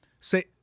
say